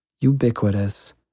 ubiquitous